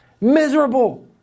Miserable